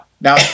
Now